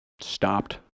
Stopped